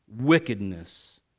wickedness